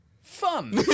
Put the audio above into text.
Fun